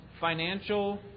financial